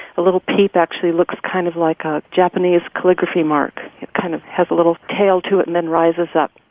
a little peep actually looks kind of like ah a japanese calligraphy mark it kind of has a little tail to it and then rises up.